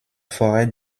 forêt